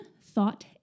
thought